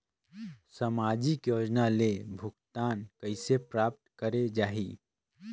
समाजिक योजना ले भुगतान कइसे प्राप्त करे जाहि?